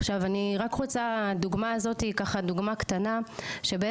עכשיו אני רק רוצה דוגמא הזאתי היא ככה דוגמא קטנה שבעצם,